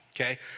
okay